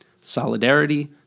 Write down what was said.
solidarity